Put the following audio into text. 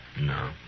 No